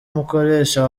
umukoresha